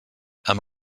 amb